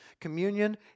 communion